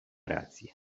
racji